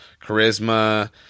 charisma